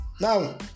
Now